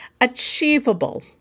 Achievable